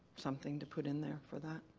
something to put in there for that?